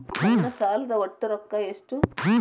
ನನ್ನ ಸಾಲದ ಒಟ್ಟ ರೊಕ್ಕ ಎಷ್ಟು?